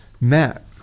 Matt